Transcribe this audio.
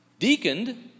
deaconed